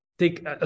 take